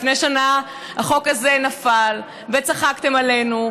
לפני שנה החוק הזה נפל, וצחקתם עלינו,